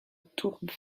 tourbe